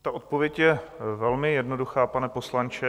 Ta odpověď je velmi jednoduchá, pane poslanče.